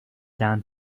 down